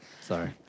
Sorry